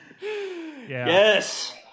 Yes